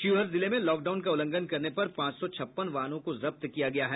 शिवहर जिले में लॉकडाउन का उल्लंघन करने पर पांच सौ छप्पन वाहनों को जब्त किया गया है